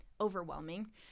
overwhelming